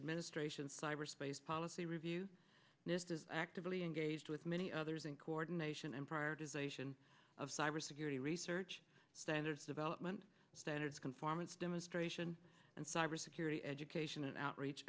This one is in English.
administration cyberspace policy review this is actively engaged with many others in coordination and part is asian of cybersecurity research standards development standards conformance demonstration and cyber security education and outreach